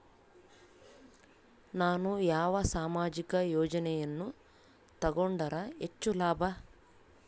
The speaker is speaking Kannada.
ನಾನು ಯಾವ ಸಾಮಾಜಿಕ ಯೋಜನೆಯನ್ನು ತಗೊಂಡರ ಹೆಚ್ಚು ಲಾಭ?